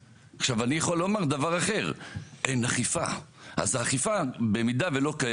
אם עכשיו אגף התנועה יהיה שייך למתנ"א או לא,